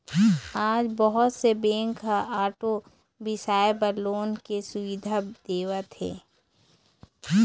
आज बहुत से बेंक ह आटो बिसाए बर लोन के सुबिधा देवत हे